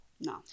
No